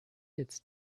its